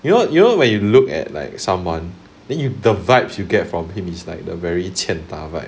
you know you know when you look at like someone then you the vibes you get from him is like the very 欠打 vibe